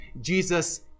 Jesus